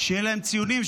שיהיו להם ציונים,